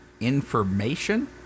information